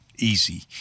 easy